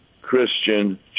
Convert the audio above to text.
Christian